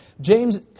James